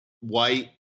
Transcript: white